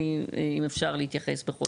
אם אפשר להתייחס בכובד ראש.